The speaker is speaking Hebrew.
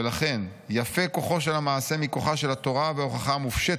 ולכן: 'יפה כוחו של המעשה מכוחה של התורה וההוכחה המופשטת',